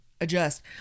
Adjust